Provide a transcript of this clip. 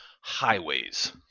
highways